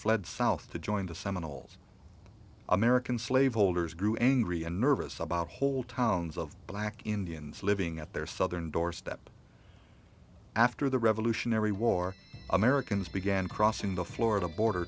fled south to join the seminal american slave holders grew angry and nervous about whole towns of black indians living at their southern doorstep after the revolutionary war americans began crossing the florida border